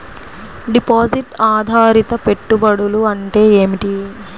Deposit ఆధారిత పెట్టుబడులు అంటే ఏమిటి?